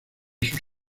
sus